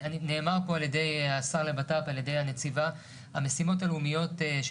נאמר פה על-ידי השר לבט"פ ועל-ידי הנציבה שהמשימות הלאומיות של